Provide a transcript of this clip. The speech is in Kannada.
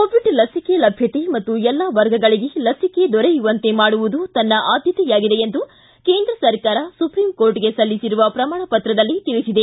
ಕೋವಿಡ್ ಲಸಿಕೆ ಲಭ್ಯತೆ ಮತ್ತು ಎಲ್ಲಾ ವರ್ಗಗಳಿಗೆ ಲಸಿಕೆ ದೊರೆಯುವಂತೆ ಮಾಡುವುದು ತನ್ನ ಆದ್ಯತೆಯಾಗಿದೆ ಎಂದು ಕೇಂದ್ರ ಸರ್ಕಾರ ಸುಪ್ರೀಂ ಕೋರ್ಟ್ಗೆ ಸಲ್ಲಿಸಿರುವ ಪ್ರಮಾಣ ಪತ್ರದಲ್ಲಿ ತಿಳಿಸಿದೆ